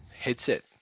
headset